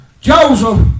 Joseph